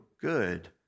good